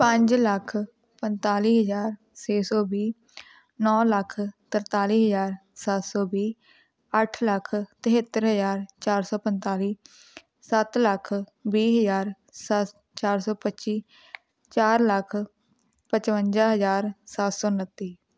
ਪੰਜ ਲੱਖ ਪੰਤਾਲੀ ਹਜ਼ਾਰ ਛੇ ਸੌ ਵੀਹ ਨੌ ਲੱਖ ਤਰਤਾਲੀ ਹਜ਼ਾਰ ਸੱਤ ਸੌ ਵੀਹ ਅੱਠ ਲੱਖ ਤਿਹੱਤਰ ਹਜ਼ਾਰ ਚਾਰ ਸੌ ਪੰਤਾਲੀ ਸੱਤ ਲੱਖ ਵੀਹ ਹਜ਼ਾਰ ਸਾ ਚਾਰ ਸੌ ਪੱਚੀ ਚਾਰ ਲੱਖ ਪਚਵੰਜਾ ਹਜ਼ਾਰ ਸੱਤ ਸੌ ਉਨੱਤੀ